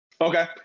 Okay